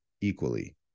equally